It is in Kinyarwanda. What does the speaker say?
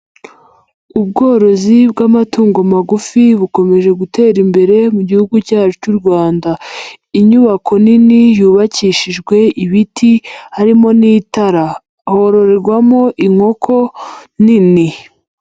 Ubworozi bw'amatungo magufi bukomeje gutera imbere mu gihugu cyacu cy'u Rwanda, inyubako nini yubakishijwe ibiti harimo n'itara hororerwamo inkoko nini.